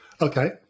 Okay